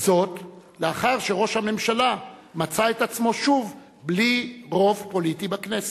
זאת לאחר שראש הממשלה מצא את עצמו שוב בלי רוב פוליטי בכנסת.